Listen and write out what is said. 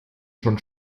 schon